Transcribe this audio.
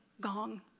gong